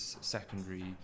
secondary